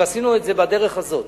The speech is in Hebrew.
אבל עשינו את זה בדרך הזאת: